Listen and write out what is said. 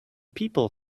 people